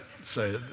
Say